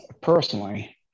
personally